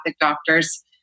doctors